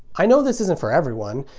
i know, this isn't for everyone.